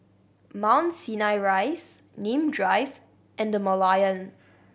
Mount Sinai Rise Nim Drive and The Merlion